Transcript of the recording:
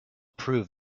prove